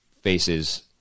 faces